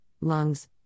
lungs